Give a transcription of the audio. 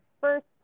first